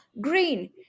green